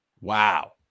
Wow